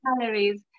calories